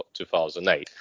2008